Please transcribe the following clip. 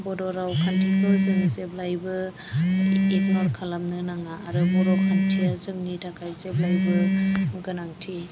बर' रावखान्थिखौ जों जेब्लायबो इगन'र खालामनो नाङा आरो बर' रावखान्थिया जोंनि थाखाय जेब्लायबो गोनांथि